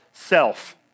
self